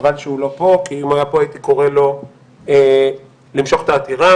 חבל שהוא לא פה כי אם הוא היה פה הייתי קורא לו למשוך את העתירה.